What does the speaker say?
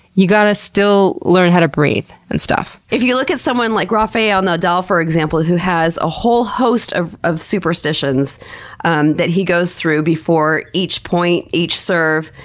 you've got to still learn how to breathe and stuff. if you look at someone like rafael nadal, for example, who has a whole host of of superstitions and that he goes through before each point, each serve,